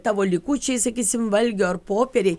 tavo likučiai sakysim valgio ar popieriai